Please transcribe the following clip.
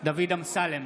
דוד אמסלם,